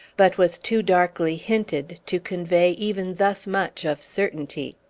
but was too darkly hinted to convey even thus much of certainty.